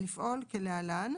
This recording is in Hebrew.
לפעול כלהלן,"